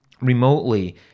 remotely